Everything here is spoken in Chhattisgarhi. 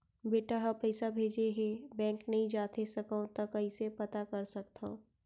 बेटा ह पइसा भेजे हे बैंक नई जाथे सकंव त कइसे पता कर सकथव?